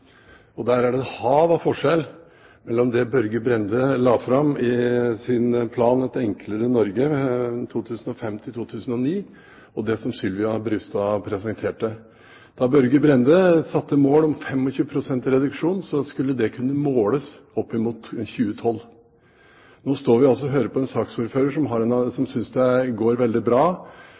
Der er det et hav av forskjell mellom det Børge Brende la fram i sin plan «Et enklere Norge 2005–2009» og det som Sylvia Brustad presenterte. Da Børge Brende satte som mål 25 pst. reduksjon, skulle det kunne måles opp mot 2012. Nå hører vi altså en saksordfører som synes det går veldig bra.